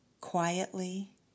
quietly